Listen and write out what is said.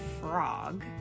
frog